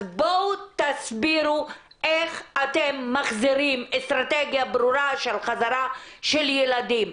אז בואו תסבירו איך אתם מחזירים אסטרטגיה ברורה של חזרה של ילדים.